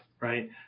right